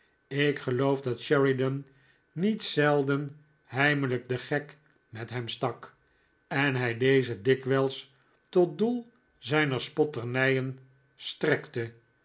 ik geloof dat sheridan niet zelden heimelijk den gek met hem stak en hij dezen dikwijls tot doel zijner spotternijen strektejmaar